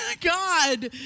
God